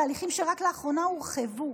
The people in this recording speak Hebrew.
בהליכים שרק לאחרונה הורחבו.